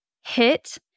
hit